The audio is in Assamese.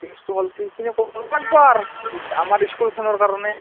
কেছটো হ'ল কি এইখিনি কৰব পাৰব লাগব আৰু আমাৰ স্কুলখনৰ কাৰণে